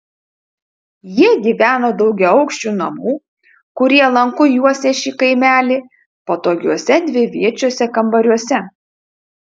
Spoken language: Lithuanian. jie gyveno daugiaaukščių namų kurie lanku juosė šį kaimelį patogiuose dviviečiuose kambariuose